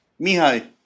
Mihai